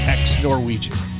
Ex-Norwegian